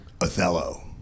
Othello